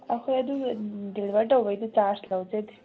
ꯑꯩꯈꯣꯏ ꯑꯗꯨ ꯗꯦꯂꯤꯚꯔ ꯇꯧꯕꯒꯤ ꯆꯥꯔꯖ ꯂꯧꯖꯗꯦ